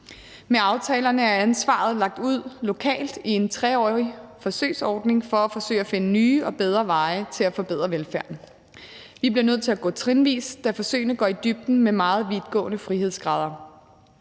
Med aftalerne er ansvaret lagt ud lokalt i en 3-årig forsøgsordning for at forsøge at finde nye og bedre veje til at forbedre velfærden. Vi bliver nødt til at gå trinvis frem, da forsøgene går i dybden med meget vidtgående frihedsgrader.